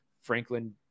Franklin